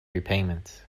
repayments